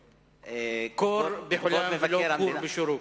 קור בחולם, ולא קור בשורוק.